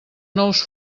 nous